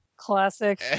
Classic